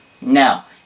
Now